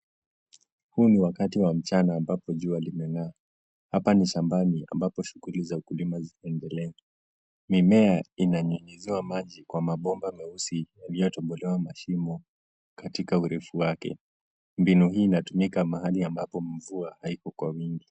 Huu ni wakati wa mchana ambapo jua limeng'aa. Hapa ni shambani ambapo shughuli za kulima zinaendelea. Mimea inanyunyiziwa maji kwa mabomba meusi yaliyotobolewa mashimo katika urefu wake. Mbinu hii inatumika mahali ambapo mvua haipo kwa wingi.